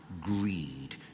greed